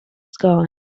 sky